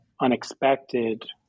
unexpected